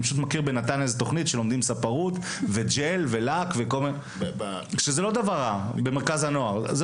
אני פשוט מכיר בנתניה תוכנית שלומדים ספרות וג'ל ולק במרכז הנוער.